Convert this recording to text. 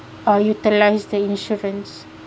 uh utilize the insurance